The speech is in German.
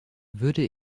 würde